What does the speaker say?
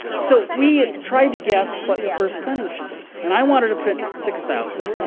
so we tried to guess what the first printing should be. and i wanted to print six thousand.